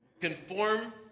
conform